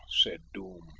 said doom,